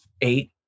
eight